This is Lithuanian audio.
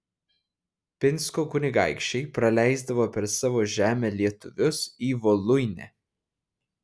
pinsko kunigaikščiai praleisdavo per savo žemę lietuvius į voluinę